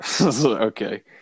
okay